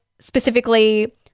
specifically